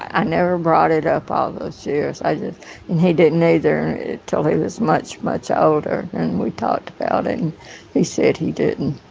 i never brought it up all those years. i just and he didn't either until he was much, much older. and we talked about it. and he said he didn't